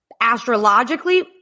Astrologically